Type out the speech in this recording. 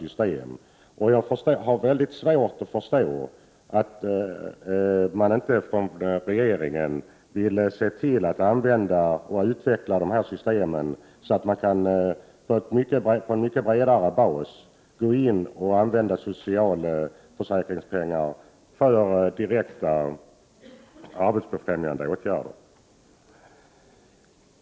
Jag har därför mycket svårt att förstå att regeringen inte vill utveckla detta system på ett sådant sätt att socialförsäkringspengar kan användas för direkt arbetsbefrämjande åtgärder på en mycket bredare bas.